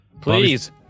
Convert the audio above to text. Please